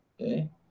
Okay